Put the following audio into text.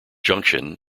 junction